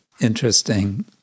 interesting